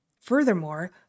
Furthermore